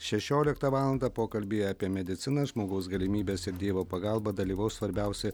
šešioliktą valandą pokalbyje apie mediciną žmogaus galimybes ir dievo pagalbą dalyvaus svarbiausi